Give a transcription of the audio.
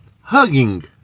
hugging